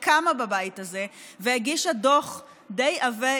והיא קמה בבית הזה והגישה דוח די עבה,